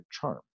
charm